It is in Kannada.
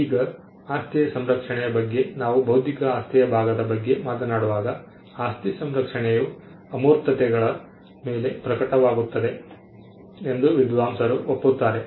ಈಗ ಆಸ್ತಿಯ ಸಂರಕ್ಷಣೆ ಬಗ್ಗೆ ನಾವು ಬೌದ್ಧಿಕ ಆಸ್ತಿಯ ಭಾಗದ ಬಗ್ಗೆ ಮಾತನಾಡುವಾಗ ಆಸ್ತಿ ಸಂರಕ್ಷಣೆಯು ಅಮೂರ್ತತೆಗಳ ಮೇಲೆ ಪ್ರಕಟವಾಗುತ್ತದೆ ಎಂದು ವಿದ್ವಾಂಸರು ಒಪ್ಪುತ್ತಾರೆ